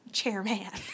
Chairman